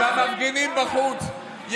למפגינים בחוץ,